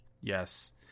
yes